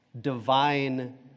Divine